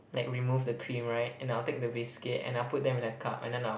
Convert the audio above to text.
like remove the cream right and I'll take the biscuit and I'll put then in a cup and then I'll